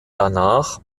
danach